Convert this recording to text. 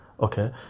okay